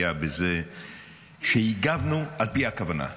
היה בזה שהגבנו על פי הכוונה.